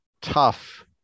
tough